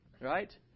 right